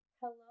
Hello